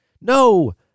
No